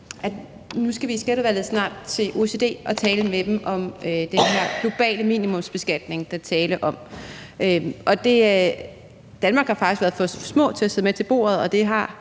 nu skal vi i Skatteudvalget snart til OECD og tale med dem om den her globale minimumsbeskatning, der er tale om. Danmark har faktisk været for små til at sidde med ved bordet, og det har